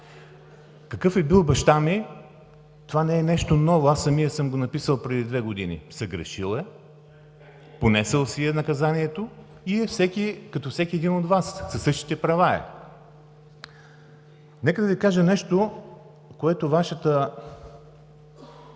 Какъв е бил баща ми, това не е нещо ново. Аз самият съм го написал преди две години: съгрешил е, понесъл си е наказанието и като всеки един от Вас със същите права е. Нека да Ви кажа нещо, което Вашата